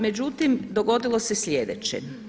Međutim, dogodilo se sljedeće.